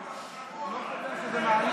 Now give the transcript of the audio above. אינו נוכח משה טור פז,